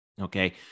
Okay